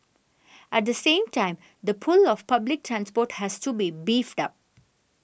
at the same time the pull of public transport has to be beefed up